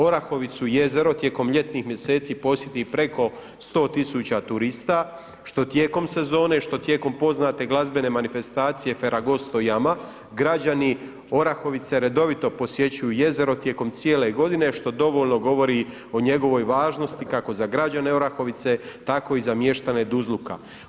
Orahovicu jezero tijekom ljetnih mjeseci posjeti preko 100 000 turista što tijekom sezone, što tijekom poznate glazbene manifestacije Feragosto JAM-a, građani Orahovice redovito posjećuju jezero tijekom cijele godine što dovoljno govori o njegovoj važnosti kako za građane Orahovice tako i za mještane Duzluka.